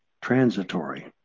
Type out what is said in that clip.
transitory